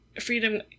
freedom